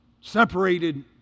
separated